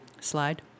Slide